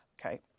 Okay